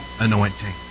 anointing